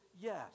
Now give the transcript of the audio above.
yes